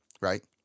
right